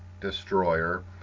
Destroyer